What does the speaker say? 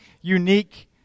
unique